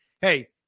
hey